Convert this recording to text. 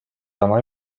oma